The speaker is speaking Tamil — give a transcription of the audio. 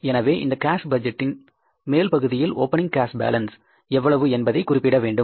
எனவே இந்த காஸ் பட்ஜெட்டின் மேல் பகுதியில் ஓப்பனிங் கேஸ் பேலன்ஸ் எவ்வளவு என்பதை குறிப்பிட வேண்டும்